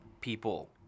people